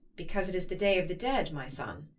because it is the day of the dead, my son,